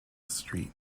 street